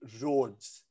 roads